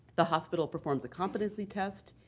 the hospital performs the competency test.